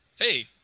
Hey